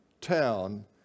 town